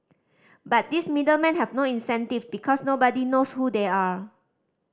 but these middle men have no incentive because nobody knows who they are